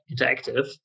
Interactive